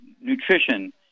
nutrition